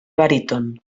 baríton